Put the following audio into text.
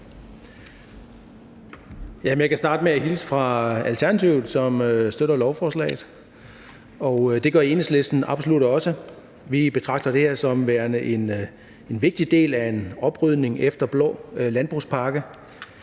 Jeg kan starte med at hilse fra Alternativet, som støtter lovforslaget. Det gør Enhedslisten absolut også. Vi betragter det her som værende en vigtig del af en oprydning efter den blå landbrugspakke.